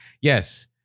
Yes